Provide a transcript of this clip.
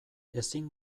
ezin